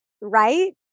right